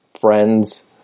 friends